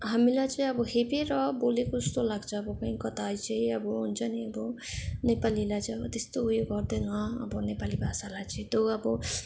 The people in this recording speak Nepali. हामीलाई चाहिँ अब हेपेर बोलेको जस्तो लाग्छ अब कहीँ कतै चाहिँ अब हुन्छ नि अब नेपालीलाई चाहिँ अब त्यस्तो उयो गर्दैन अब नेपाली भाषालाई चाहिँ दो अब